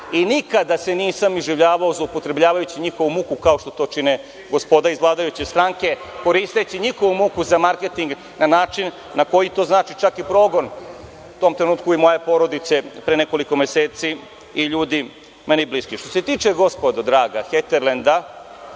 i nikada se nisam iživljavao zloupotrebljavajući njihovu muku kao što to čine gospoda iz vladajuće stranke, koristeći njihovu muku za marketing na način na koji to znači čak i progon, u tom trenutku i moje porodice pre nekoliko meseci i ljudi meni bliski. Što se tiče gospodo draga, „Heterlenda“,